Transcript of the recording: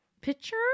Picture